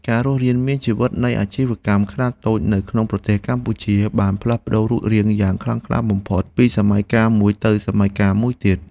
ការរស់រានមានជីវិតនៃអាជីវកម្មខ្នាតតូចនៅក្នុងប្រទេសកម្ពុជាបានផ្លាស់ប្តូររូបរាងយ៉ាងខ្លាំងក្លាបំផុតពីសម័យកាលមួយទៅសម័យកាលមួយទៀត។